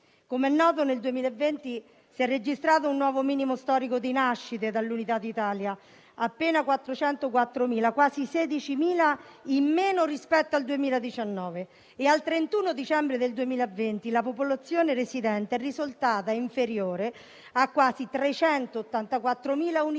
Come noto, nel 2020 si è registrato un nuovo minimo storico di nascite dall'Unità d'Italia: appena 404.000, quasi 16.000 in meno rispetto al 2019. Al 31 dicembre 2020 la popolazione residente è risultata inferiore di quasi 384.000 unità